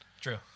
True